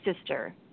sister